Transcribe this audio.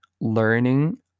learning